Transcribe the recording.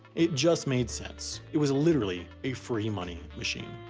it just made sense. it was literally a free money machine.